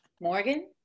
Morgan